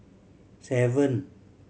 seven